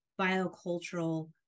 biocultural